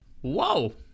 Whoa